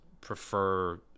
prefer